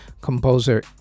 Composer